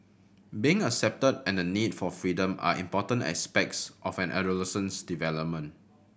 being accepted and the need for freedom are important aspects of an adolescent's development